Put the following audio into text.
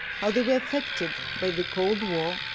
how they were affected by the cold war,